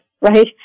right